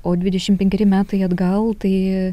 o dvidešim penkeri metai atgal tai